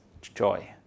joy